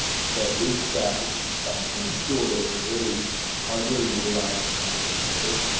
so it's ah it's a fascinating tool that is really underutilized and underexploited,